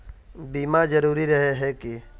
बीमा जरूरी रहे है की?